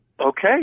Okay